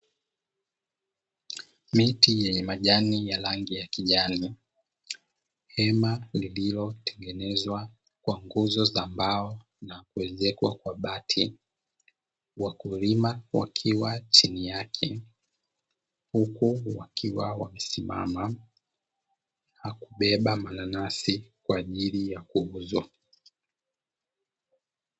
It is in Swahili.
Miti yenye majani ya rangi ya kijani, hema lililotengenezwa kwa nguzo za mbao na kuezekwa kwa bati, wakulima wakiwa chini yake huku wakiwa wamesimama, na kubeba mananasi kwa ajili ya kuuzwa.